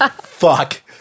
Fuck